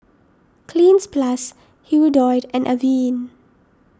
Cleanz Plus Hirudoid and Avene